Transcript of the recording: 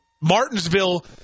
Martinsville